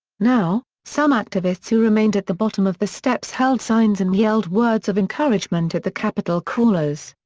now, some activists who remained at the bottom of the steps held signs and yelled words of encouragement at the capitol crawlers.